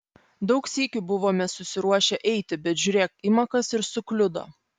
daug sykių buvome susiruošę eiti bet žiūrėk ima kas ir sukliudo